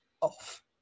off